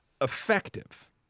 effective